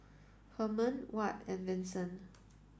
Hermann Watt and Vincent